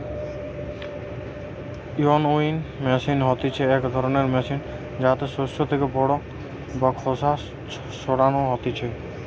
winnowing machine হতিছে ইক রকমের মেশিন জেতাতে শস্য থেকে খড় বা খোসা সরানো হতিছে